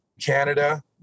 Canada